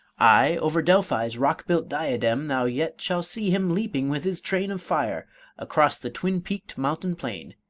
aye, over delphi's rock-built diadem thou yet shalt see him leaping with his train of fire across the twin-peaked mountain-plain,